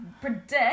predict